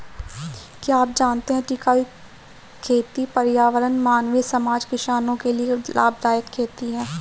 क्या आप जानते है टिकाऊ खेती पर्यावरण, मानवीय समाज, किसानो के लिए लाभदायक खेती है?